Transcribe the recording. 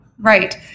Right